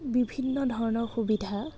বিভিন্ন ধৰণৰ সুবিধা